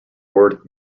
word